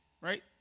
right